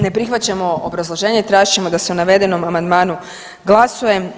Ne prihvaćamo obrazloženje, tražit ćemo da se o navedenom amandmanu glasuje.